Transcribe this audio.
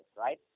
right